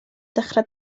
dechrau